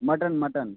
mutton mutton